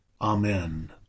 Amen